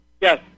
Yes